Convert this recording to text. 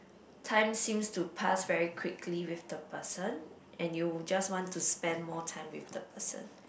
time seems to past very quickly with the person and you will just want to spend more time with the person